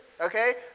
okay